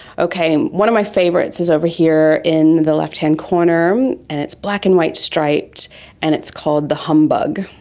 okay, one of my favourites is over here in the left-hand corner and it's black and white striped and it's called the humbug,